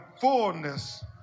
fullness